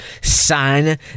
sign